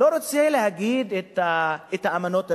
לא רוצה להגיד את האמנות הבין-לאומיות,